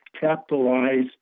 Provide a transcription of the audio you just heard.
capitalize